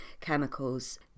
chemicals